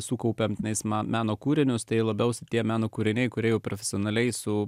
sukaupėme teismams meno kūrinius tai labiausiai tie meno kūriniai kurie profesionaliai su